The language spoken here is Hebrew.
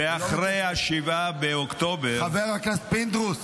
ואחרי 7 באוקטובר, חבר הכנסת פינדרוס.